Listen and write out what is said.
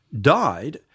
died